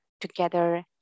together